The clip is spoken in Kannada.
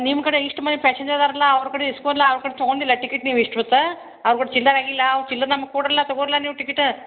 ನಿಮ್ಕಡೆ ಇಷ್ಟು ಮಂ ಪ್ಯಾಸೆಂಜರವ್ರಲ್ಲ ಅವ್ರ್ಕಡಿ ಇಸ್ಕೊನ್ಲ ಅವರ ಕಡೆ ತಕೊಂಡಿಲ್ಲ ಟಿಕೆಟ್ ನೀವು ಇಷ್ಟು ಹೊತ್ತು ಅವ್ಗಳ ಚಿಲ್ಲರೆ ಆಗಿಲ್ಲ ಅವ ಚಿಲ್ಲರೆ ನಮ್ಮ ಕೊಡ್ರಲ್ಲ ತಗೋಲ್ರ ನೀವು ಟಿಕೆಟ್